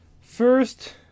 First